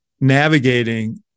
navigating